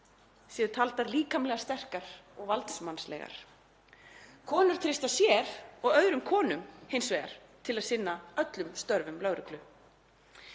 séu taldar líkamlega sterkar og valdsmannslegar. Konur treysta sér og öðrum konum hins vegar til að sinna öllum störfum lögreglu.